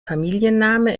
familienname